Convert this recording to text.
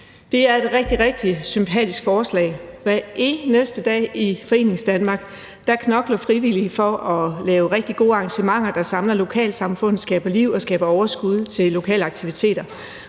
Det er et rigtig, rigtig sympatisk forslag. Hver eneste dag i Foreningsdanmark knokler frivillige for at lave rigtig gode arrangementer, der samler lokalsamfund, skaber liv og skaber overskud til lokale aktiviteter.